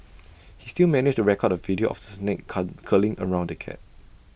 he still managed record A video of the snake curling around the cat